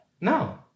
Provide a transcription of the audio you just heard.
No